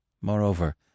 Moreover